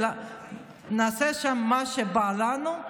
נעשה שם מה שבא לנו,